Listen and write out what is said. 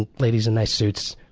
and ladies in nice suits.